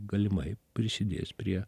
galimai prisidės prie